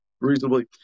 reasonably